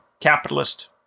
capitalist